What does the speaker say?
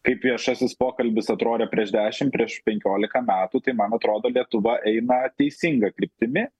kaip viešasis pokalbis atrodė prieš dešim prieš penkiolika metų tai man atrodo lietuva eina teisinga kryptimi